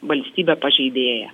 valstybę pažeidėją